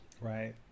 right